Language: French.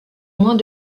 moins